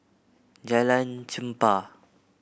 Jalan Chempah